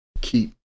keep